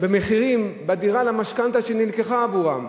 למחירים בדירה למשכנתה שנלקחה עבורם.